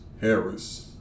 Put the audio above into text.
Harris